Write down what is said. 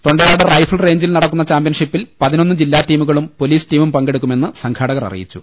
Thondayad rifle റേഞ്ചിൽ നടക്കുന്ന ച്ചാമ്പ്യൻഷിപ്പിൽ പതി നൊന്ന് ജില്ലാ ടീമുകളും പൊലീസ് ടീമും പങ്കെടുക്കുമെന്ന് സംഘാടകർ അറിയിച്ചു